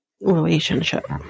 relationship